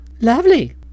Lovely